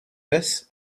this